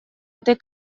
этой